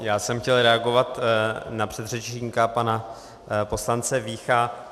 Já jsem chtěl reagovat na předřečníka, pana poslance Vícha.